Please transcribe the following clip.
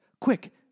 quick